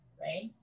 right